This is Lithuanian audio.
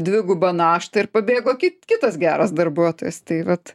dvigubą naštą ir pabėgo ki kitas geras darbuotojas tai vat